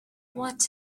what